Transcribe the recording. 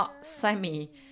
semi